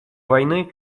войны